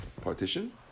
partition